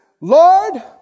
Lord